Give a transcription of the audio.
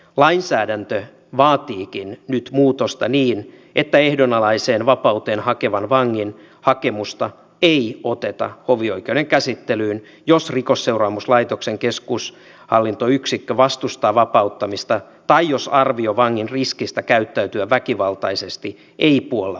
lainsäädäntö vaatiikin nyt muutosta niin että ehdonalaiseen vapauteen hakevan vangin hakemusta ei oteta hovioikeuden käsittelyyn jos rikosseuraamuslaitoksen keskushallintoyksikkö vastustaa vapauttamista tai jos arvio vangin riskistä käyttäytyä väkivaltaisesti ei puolla vapauttamista